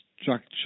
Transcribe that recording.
structure